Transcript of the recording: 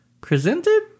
presented